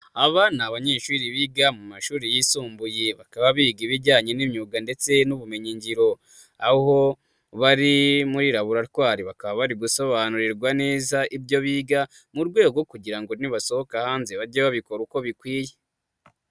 Aba ni abanyeshuri biga mu mashuri yisumbuye, bakaba biga ibijyanye n'imyuga ndetse n'ubumenyingiro, aho bari muri Laboratwari bakaba bari gusobanurirwa neza ibyo biga, mu rwego kugira ngo nibasohoka hanze, bajye babikora uko bikwiye.